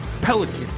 Pelican